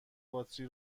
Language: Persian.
باتری